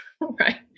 Right